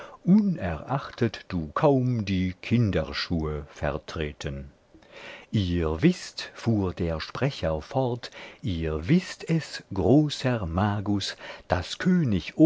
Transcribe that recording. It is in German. unerachtet du kaum die kinderschuhe vertreten ihr wißt fuhr der sprecher fort ihr wißt es großer magus daß könig